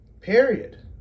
Period